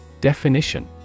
Definition